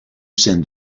send